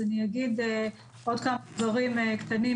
אני אגיד עוד כמה דברים קטנים.